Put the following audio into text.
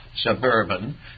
Suburban